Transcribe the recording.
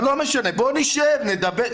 אבל לא משנה, בוא נשב, נדבר.